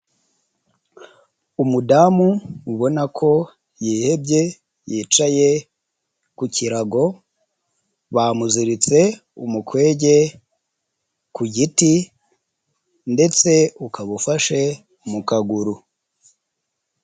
Umudamu ubona ko yihebye yicaye ku kirago bamuziritse umukwege ku giti ndetse ukaba ufashe mu kaguru.